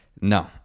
No